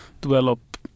develop